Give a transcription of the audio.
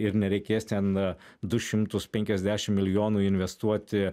ir nereikės ten du šimtus penkiasdešim milijonų investuoti